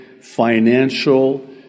financial